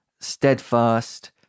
steadfast